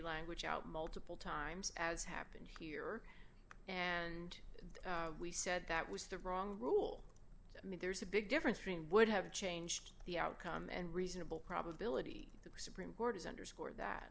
language out multiple times as happened here and we said that was the wrong rule i mean there's a big difference dream would have changed the outcome and reasonable probability the supreme court has underscored that